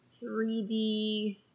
3D